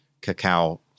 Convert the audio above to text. cacao